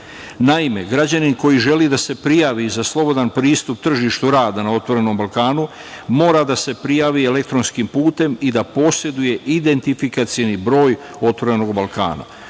građanin koji želi da se prijavi za slobodan pristup tržištu rada na „Otvorenom Balkanu“ mora da se prijavi elektronskim putem i da poseduje identifikacioni broj „Otvorenog Balkana“.